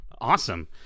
awesome